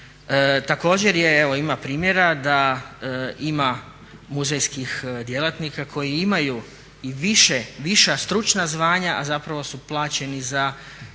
evo ima primjera da ima muzejskih djelatnika koji imaju i viša stručna zvanja a zapravo su plaćeni za niže